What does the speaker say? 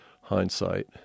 hindsight